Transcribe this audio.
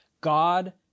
God